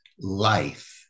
life